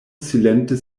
silente